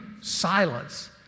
silence